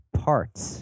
parts